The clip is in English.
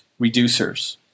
reducers